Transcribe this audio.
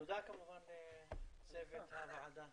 תודה כמובן לצוות הוועדה.